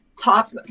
Top